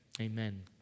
amen